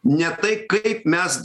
ne tai kaip mes